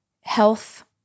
health